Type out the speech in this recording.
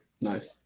Nice